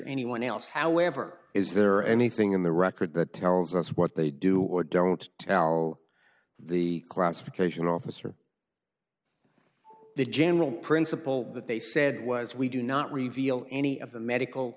anyone else however is there anything in the record that tells us what they do or don't tell the classification officer the general principle that they said was we do not reveal any of the medical